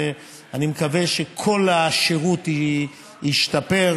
ואני מקווה שכל השירות ישתפר: